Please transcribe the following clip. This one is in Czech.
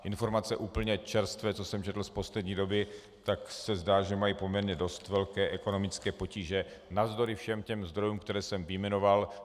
Informace úplně čerstvé, které jsem četl z poslední doby, tak se zdá, že mají poměrně dost velké ekonomické potíže navzdory všem těm zdrojům, které jsem vyjmenoval.